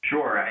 Sure